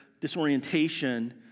disorientation